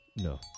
No